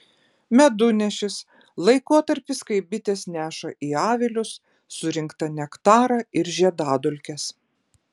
medunešis laikotarpis kai bitės neša į avilius surinktą nektarą ir žiedadulkes